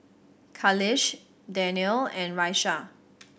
Khalish Danial and Raisya